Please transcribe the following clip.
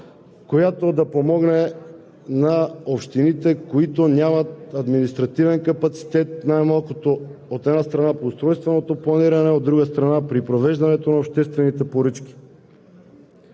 която да помогне на общините, които нямат административен капацитет най-малкото, от една страна, по устройственото планиране, от друга страна, при провеждането на обществените поръчки.